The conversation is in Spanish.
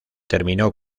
terminó